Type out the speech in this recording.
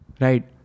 Right